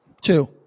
Two